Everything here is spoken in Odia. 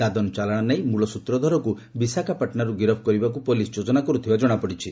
ଦାଦନ ଚାଲାଶ ନେଇ ମଳସ୍ତ୍ରଧରକୁ ବିଶାଖାପାଟଣାରୁ ଗିରଫ କରିବାକୁ ପୋଲିସ ଯୋଜନା କର୍ତଥିବା ଜଣାପଡିଛି